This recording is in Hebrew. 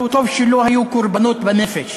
טוב שלא היו קורבנות בנפש